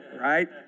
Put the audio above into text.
Right